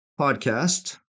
podcast